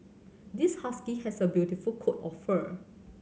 this husky has a beautiful coat of fur